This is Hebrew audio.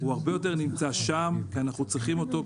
הוא הרבה יותר נמצא שם כי אנחנו צריכים אותו,